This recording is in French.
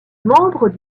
membre